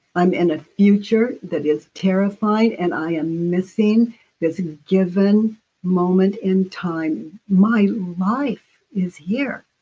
i'm in a future that is terrifying and i am missing this given moment in time. my life is here,